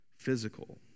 physical